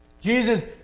Jesus